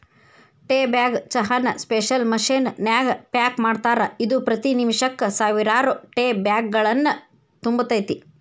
tea bag ಚಹಾನ special machine ನ್ಯಾಗ pack ಮಾಡ್ತಾರ, ಇದು ಪ್ರತಿ ನಿಮಿಷಕ್ಕ ಸಾವಿರಾರು ಟೇಬ್ಯಾಗ್ಗಳನ್ನು ತುಂಬತೇತಿ